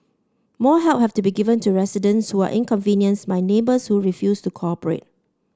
more help have to be given to residents who are inconvenienced by neighbours who refuse to cooperate